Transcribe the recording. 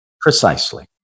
Precisely